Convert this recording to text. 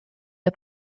der